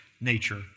nature